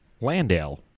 Landell